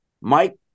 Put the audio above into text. Mike